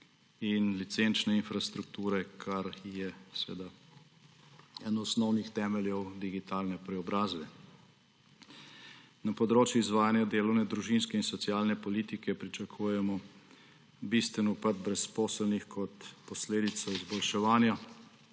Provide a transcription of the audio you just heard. in licenčne infrastrukture, kar je eden osnovnih temeljev digitalne preobrazbe. Na področjih izvajanja delovne, družinske in socialne politike pričakujemo bistven upad brezposelnih kot posledico izboljševanja